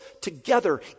together